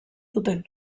zuten